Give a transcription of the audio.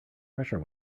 pressure